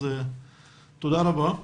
אז תודה רבה.